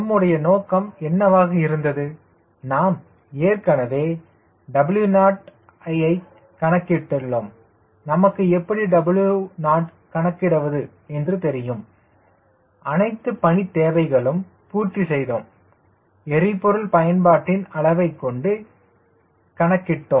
நம்முடைய நோக்கம் என்னவாக இருந்தது நாம் ஏற்கனவே WO ஐக் கணக்கிட்டுள்ளோம் நமக்கு எப்படி WOஐ கணக்கிடுவது என்று தெரியும் அனைத்து பணி தேவைகளையும் பூர்த்தி செய்தோம் எரிபொருள் பயன்பாட்டின் அளவை கொண்டு கணக்கிட்டும்